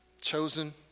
Chosen